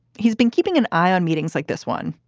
he's been keeping an eye on meetings like this one.